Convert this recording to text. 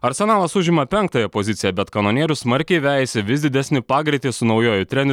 arsenalas užima penktąją poziciją bet kanonierių smarkiai vejasi vis didesnį pagreitį su naujuoju treneriu